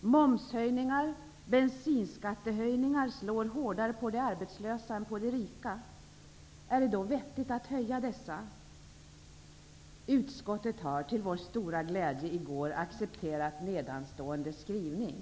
Momshöjningar och bensinskattehöjningar slår hårdare mot de arbetslösa än mot de rika. Är det då vettigt att höja dessa? Utskottet har -- till vår stora glädje -- i går accepterat nedanstående skrivning: